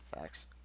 Facts